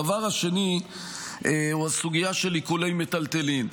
הדבר השני הוא הסוגיה של עיקולי מיטלטלין.